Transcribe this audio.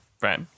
right